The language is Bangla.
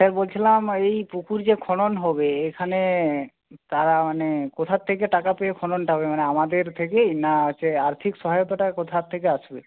স্যার বলছিলাম এই পুকুর যে খনন হবে এখানে তারা মানে কোথা থেকে টাকা পেয়ে খননটা হবে মানে আমাদের থেকেই না সে আর্থিক সহায়তাটা কোথা থেকে আসবে